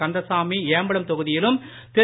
கந்தசாமி ஏம்பலம் தொகுதியிலும் திரு